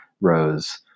rose